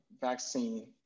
vaccine